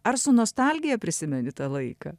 ar su nostalgija prisimeni tą laiką